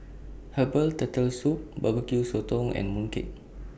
Herbal Turtle Soup Barbecue Sotong and Mooncake